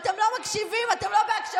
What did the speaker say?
אתם לא מקשיבים, אתם לא בהקשבה.